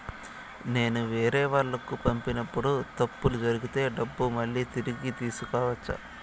నేను వేరేవాళ్లకు పంపినప్పుడు తప్పులు జరిగితే డబ్బులు మళ్ళీ తిరిగి తీసుకోవచ్చా?